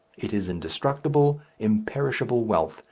it is indestructible, imperishable wealth,